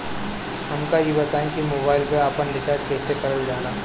हमका ई बताई कि मोबाईल में आपन रिचार्ज कईसे करल जाला?